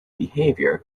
behaviour